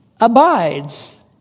abides